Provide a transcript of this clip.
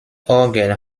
orgel